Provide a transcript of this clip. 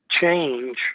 change